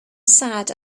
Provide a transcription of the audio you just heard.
sad